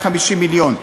150 המיליון.